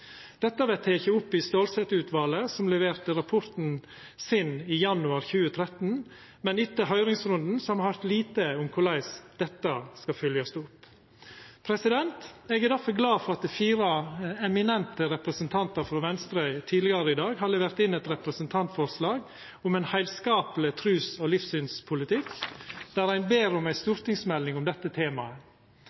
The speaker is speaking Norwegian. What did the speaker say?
Dette vart teke opp i Stålsett-utvalet, som leverte rapporten sin i januar 2013, men etter høyringsrunden har me høyrt lite om korleis dette skal fylgjast opp. Eg er derfor glad for at fire eminente representantar frå Venstre tidlegare i dag har levert inn eit representantforslag om ein heilskapleg trus- og livssynspolitikk der ein ber om ei stortingsmelding om dette